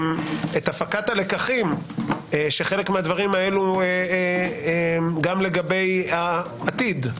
את הפקת הלקחים של חלק מהדברים האלה גם לגבי העתיד,